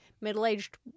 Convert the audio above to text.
middle-aged